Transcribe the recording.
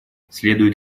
следует